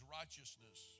righteousness